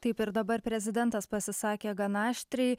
taip ir dabar prezidentas pasisakė gana aštriai